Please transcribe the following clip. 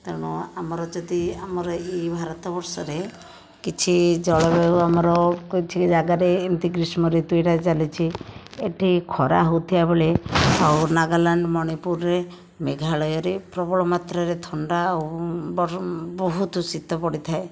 ତେଣୁ ଆମର ଯଦି ଆମର ଏହି ଭାରତ ବର୍ଷରେ କିଛି ଜଳବାୟୁ ଆମର କିଛି ଯାଗାରେ ଏମିତି ଗ୍ରୀଷ୍ମ ଋତୁ ଏହିଟା ଚାଲିଛି ଏଠି ଖରା ହେଉଥିବା ବେଳେ ଆଉ ନାଗାଲାଣ୍ଡ ମଣିପୁରରେ ମେଘାଳୟରେ ପ୍ରବଳ ମାତ୍ରରେ ଥଣ୍ଡା ଓ ବହୁତ ଶୀତ ପଡ଼ିଥାଏ